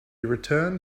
returned